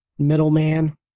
Middleman